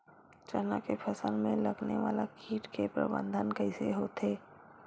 चना के फसल में लगने वाला कीट के प्रबंधन कइसे होथे?